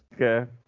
Okay